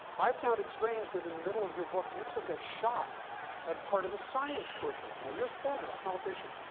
i found it strange that in the middle of your book you took a shot at part of the science curriculum. now you're a senator, a politician,